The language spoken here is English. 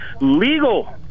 legal